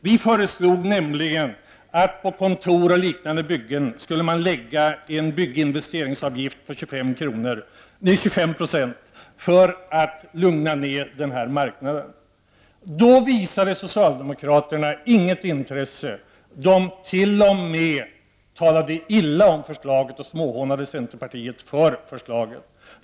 Vi föreslog nämligen att man vid byggande av kontor o.d. skulle lägga en bygginvesteringsavgift på 25 96 för att lugna ner marknaden. Socialdemokraterna visade då inget intresse. De talade t.o.m. illa om förslaget och småhånade centern för det.